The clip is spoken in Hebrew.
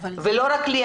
ולא רק לי,